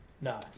No